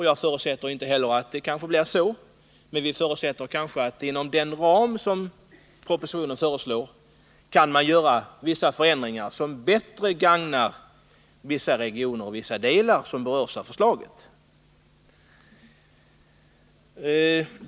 Jag förutsätter inte heller att det kommer att höjas, men utskottet förutsätter att man inom den ram som propositionen föreslår kanske kan göra vissa förändringar som bättre gagnar vissa regioner och vissa delar som berörs av förslaget.